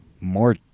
more